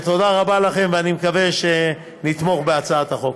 תודה רבה לכם, ואני מקווה שנתמוך בהצעת החוק.